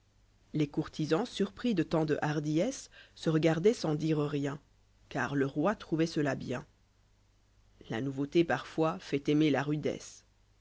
les courtisans surpris dé tant de hardiessqse regardoient sans dire rien car le roi trouvoit cela bien la nouveauté parfois fait aimer la rudesse